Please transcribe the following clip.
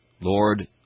Lord